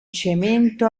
cemento